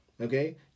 Okay